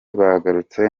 bagarutse